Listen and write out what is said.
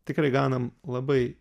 tikrai gaunam labai